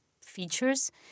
features